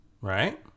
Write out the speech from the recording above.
Right